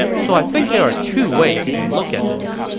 so i think there are two ways you can look at this.